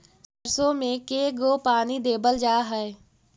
सरसों में के गो पानी देबल जा है?